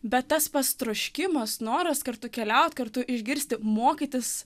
bet tas pats troškimas noras kartu keliauti kartu išgirsti mokytis